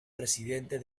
presidente